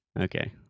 Okay